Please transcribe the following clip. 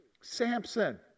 samson